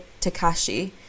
takashi